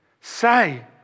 say